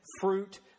fruit